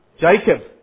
Jacob